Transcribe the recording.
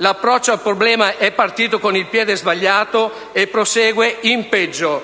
L'approccio al problema è partito con il piede sbagliato e prosegue in peggio.